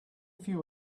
few